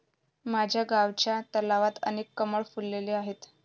माझ्या गावच्या तलावात अनेक कमळ फुलले आहेत